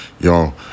yo